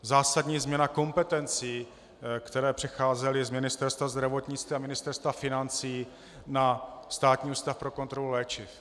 Zásadní změna kompetencí, které přecházely z Ministerstva zdravotnictví a Ministerstva financí na Státní ústav pro kontrolu léčiv.